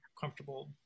comfortable